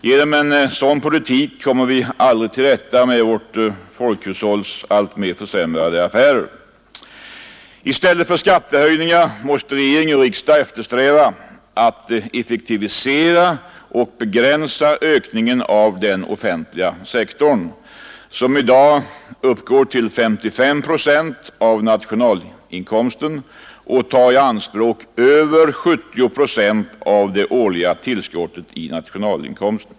Genom en sådan politik kommer vi aldrig till rätta med vårt folkhushålls alltmer försämrade affärer. I stället för skattehöjningar måste regering och riksdag eftersträva att effektivisera och begränsa ökningen av den offentliga sektorn, som i dag uppgår till 55 procent av nationalinkomsten och tar i anspråk över 70 procent av det årliga tillskottet i nationalinkomsten.